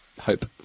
Hope